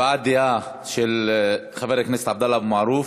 הבעת דעה של חבר הכנסת עבדאללה אבו מערוף.